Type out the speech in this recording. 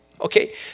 Okay